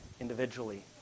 individually